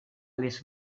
les